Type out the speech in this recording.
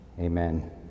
amen